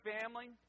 family